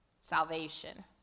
salvation